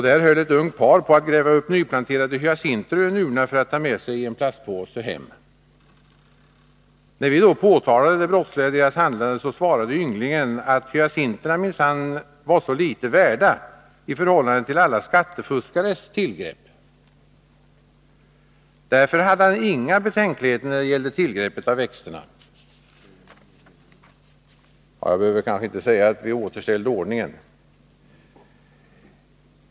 Där höll ett ungt par på med att gräva upp nyplanterade hyacinter ur en urna för att ta dem med sig hem i en plastpåse. När vi påtalade det brottsliga i deras handlande, svarade ynglingen att hyacinterna minsann var litet värda i förhållande till alla skattefuskares tillgrepp. Därför hade han inga betänkligheter när det gällde tillgreppet av växterna. Jag behöver kanske inte säga att vi återställde ordningen.